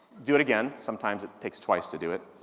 do it again, sometimes it takes twice to do it.